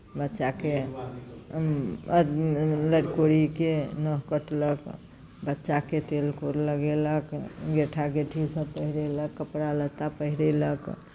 बच्चाके लरकोरीके नह कटलक बच्चाकेँ तेल कूर लगेलक गेंठा गेठी सभ पहिरेलक कपड़ा लत्ता पहिरेलक